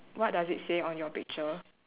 what does it say on your picture